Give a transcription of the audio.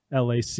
LAC